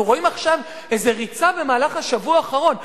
אנחנו רואים עכשיו איזו ריצה במהלך השבוע האחרון,